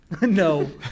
No